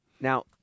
Now